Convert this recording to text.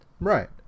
Right